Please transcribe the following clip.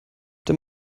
dem